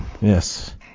Yes